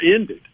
ended